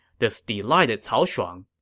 this delighted cao shuang.